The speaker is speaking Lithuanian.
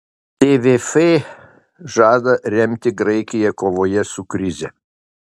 tvf žada remti graikiją kovoje su krize